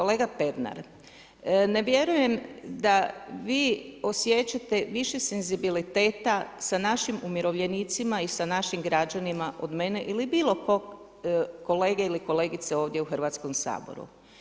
Kolega Pernar, ne vjerujem da vi osjećate više senzibiliteta sa našim umirovljenicima i sa našim građanima od mene ili bilo kog kolege ili kolegice ovdje u Hrvatskom saboru.